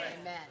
Amen